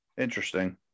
Interesting